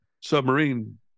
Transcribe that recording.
submarine